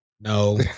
No